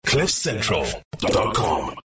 cliffcentral.com